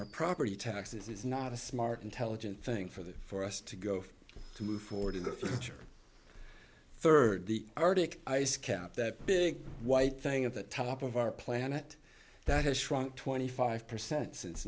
our property taxes is not a smart intelligent thing for them for us to go to move forward in the future third the arctic ice cap that big white thing at the top of our planet that has shrunk twenty five percent since